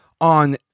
on